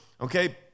okay